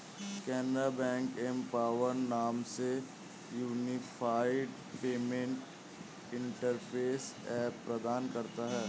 Canara bank empower नाम से unified payment interface app प्रदान करता हैं